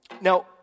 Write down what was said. Now